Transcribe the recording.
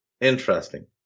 Interesting